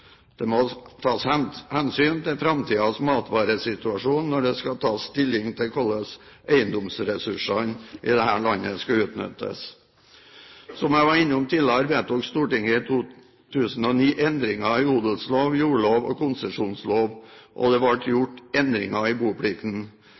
Det må tas hensyn til framtidens matvaresituasjon når det skal tas stilling til hvordan eiendomsressursene i dette landet skal utnyttes. Som jeg var innom tidligere, vedtok Stortinget i 2009 endringer i odelslov, jordlov og konsesjonslov, og det